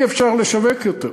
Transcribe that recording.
אי-אפשר לשווק יותר.